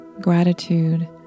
gratitude